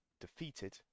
defeated